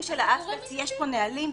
יש פה נהלים.